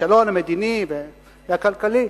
הכישלון המדיני והכלכלי.